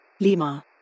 Lima